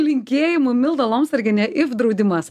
linkėjimų milda lomsargienė if draudimas